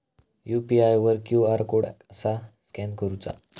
UPI वर QR code कसा scan करूचा?